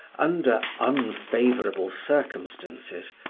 under unfavourable circumstances,